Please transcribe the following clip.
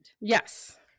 Yes